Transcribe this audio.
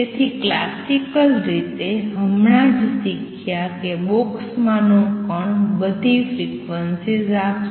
તેથી ક્લાસિકલ રીતે હમણાં જ શીખ્યા કે બોક્સમાંનો કણ બધી ફ્રિક્વન્સીઝ આપશે